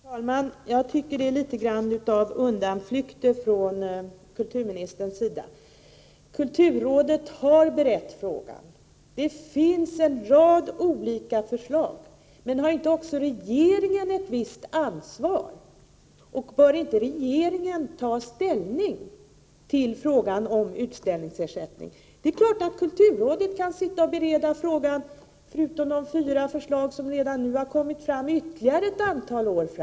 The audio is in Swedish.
Herr talman! Jag tycker det är litet av undanflykter från kulturministern. Kulturrådet har ju berett frågan. Det finns en rad olika förslag. Men har icke regeringen ett visst ansvar, och bör icke regeringen ta ställning till frågan om utställningsersättning? Det är klart att kulturrådet kan sitta och bereda frågan — förutom nu de fyra förslag som lagts fram — ytterligare ett antal år.